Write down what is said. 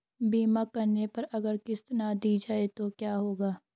बीमा करने पर अगर किश्त ना दी जाये तो क्या होगा?